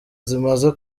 zimaze